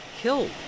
Killed